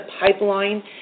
pipeline